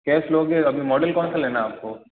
cash लोगे अभी model कौनसा लेना है आपको